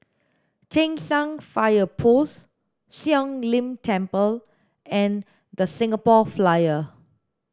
Cheng San Fire Post Siong Lim Temple and The Singapore Flyer